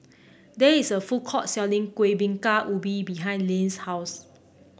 there is a food court selling Kueh Bingka Ubi behind Layne's house